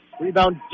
Rebound